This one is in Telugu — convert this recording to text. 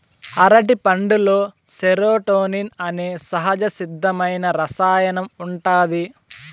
అరటిపండులో సెరోటోనిన్ అనే సహజసిద్ధమైన రసాయనం ఉంటాది